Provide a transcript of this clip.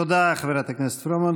תודה, חברת הכנסת פרומן.